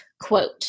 quote